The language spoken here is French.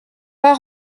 pas